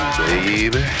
baby